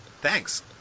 Thanks